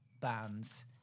bands